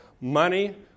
money